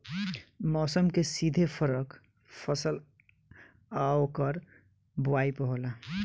मौसम के सीधे फरक फसल आ ओकर बोवाई पर होला